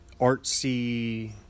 artsy